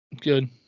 good